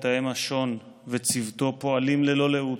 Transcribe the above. מתאם השו"ן וצוותו פועלים ללא לאות,